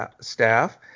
staff